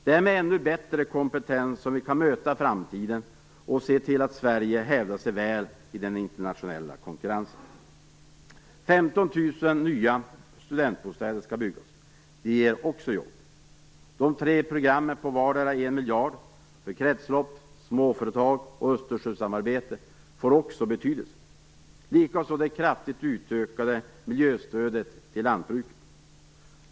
Det är med ännu bättre kompetens som vi kan möta framtiden och se till att Sverige hävdar sig väl i den internationella konkurrensen. 15 000 nya studentbostäder skall byggas. Det ger också jobb. De tre programmen om vardera 1 miljard för kretslopp, småföretag och Östersjösamarbete får också betydelse, likaså det kraftigt utökade miljöstödet till lantbruket.